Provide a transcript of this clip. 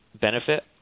benefit